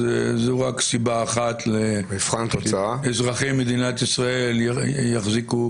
אז זו רק סיבה אחת לאזרחי מדינת ישראל שיחושו